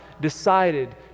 decided